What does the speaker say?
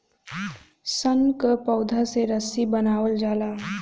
सन क पौधा से रस्सी बनावल जाला